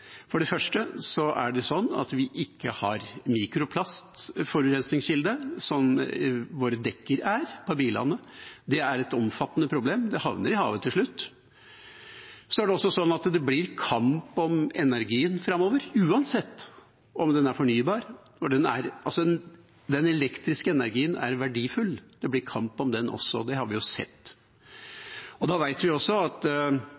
For det første er det ikke en mikroplastforurensningskilde, som dekkene på bilene våre er – det er et omfattende problem, det havner i havet til slutt. Så er det også sånn at det blir kamp om energien framover uansett om den er fornybar. Den elektriske energien er verdifull. Det blir kamp om den også. Det har vi jo sett. Da vet vi at